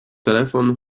telefon